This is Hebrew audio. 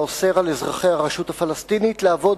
האוסר על אזרחי הרשות הפלסטינית לעבוד